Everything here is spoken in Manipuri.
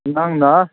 ꯅꯪꯅ